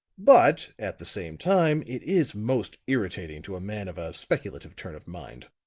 but, at the same time, it is most irritating to a man of a speculative turn of mind.